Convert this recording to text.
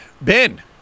Ben